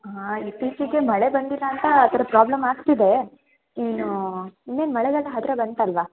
ಹಾಂ ಇತ್ತೀಚಿಗೆ ಮಳೆ ಬಂದಿಲ್ಲ ಅಂತ ಆ ಥರ ಪ್ರಾಬ್ಲಮ್ ಆಗ್ತಿದೆ ಇನ್ನು ಇನ್ನೇನು ಮಳೆಗಾಲ ಹತ್ತಿರ ಬಂತಲ್ವಾ